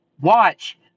watch